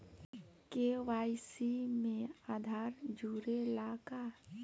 KYC में आधार जुड़े ला का?